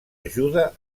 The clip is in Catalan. ajuda